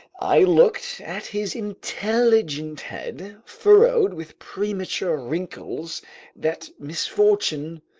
i looked at his intelligent head, furrowed with premature wrinkles that misfortune,